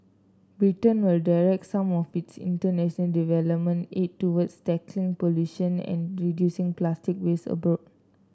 Britain will direct some of its internation development aid towards tackling pollution and reducing plastic waste abroad